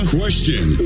question